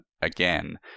again